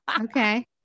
Okay